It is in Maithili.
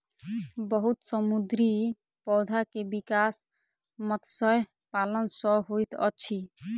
बहुत समुद्री पौधा के विकास मत्स्य पालन सॅ होइत अछि